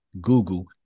Google